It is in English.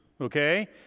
Okay